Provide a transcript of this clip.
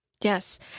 Yes